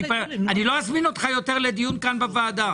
אני לא אזמין אותך יותר לדיון כאן בוועדה.